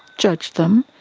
judged them,